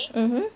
mmhmm